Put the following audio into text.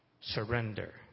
Surrender